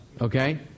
okay